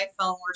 iPhone